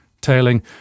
tailing